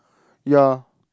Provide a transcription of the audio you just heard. ya